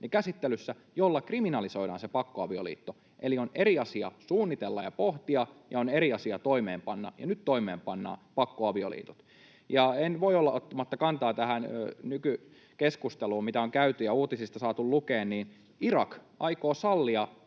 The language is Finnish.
käsittelyssä, jolla kriminalisoidaan se pakkoavioliitto. Eli on eri asia suunnitella ja pohtia, ja on eri asia toimeenpanna, ja nyt toimeenpannaan pakkoavioliittojen kriminalisointi. En voi olla ottamatta kantaa tähän nykykeskusteluun, mitä on käyty ja uutisista saatu lukea: Irak aikoo sallia